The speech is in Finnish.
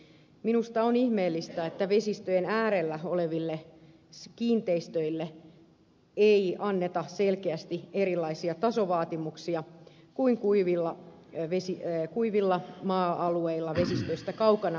minusta on ihmeellistä että vesistöjen äärellä oleville kiinteistöille ei anneta selkeästi erilaisia tasovaatimuksia kuin kuivilla maa alueilla vesistöistä kaukana oleville kiinteistöille annetaan